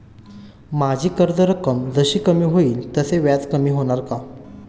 माझी कर्ज रक्कम जशी कमी होईल तसे व्याज कमी होणार का?